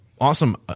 awesome